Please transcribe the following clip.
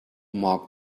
mark